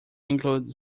include